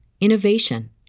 innovation